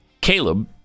Caleb